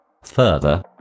Further